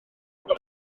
efo